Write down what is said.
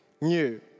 new